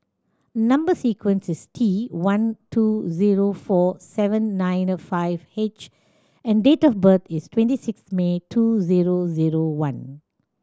number sequence is T one two zero four seven nine a five H and date of birth is twenty sixth May two zero zero one